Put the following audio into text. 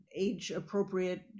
age-appropriate